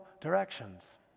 directions